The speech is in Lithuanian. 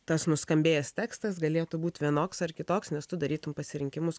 tas nuskambėjęs tekstas galėtų būti vienoks ar kitoks nes tu darytum pasirinkimus